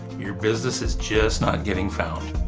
your business is just not getting found.